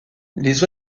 les